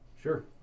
Sure